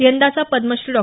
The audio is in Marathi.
यंदाचा पद्मश्री डॉ